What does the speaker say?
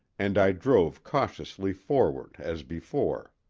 and i drove cautiously forward, as before.